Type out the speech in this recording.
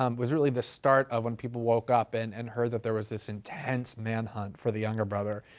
um was really the start of when people woke up and and heard that there was this intense manhunt for the younger brother.